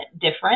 difference